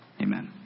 Amen